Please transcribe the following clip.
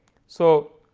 so,